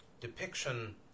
depiction